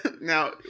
now